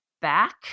back